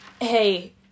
hey